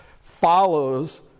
follows